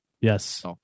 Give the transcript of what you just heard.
Yes